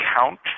count